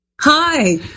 Hi